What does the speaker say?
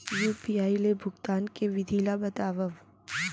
UPI ले भुगतान के विधि ला बतावव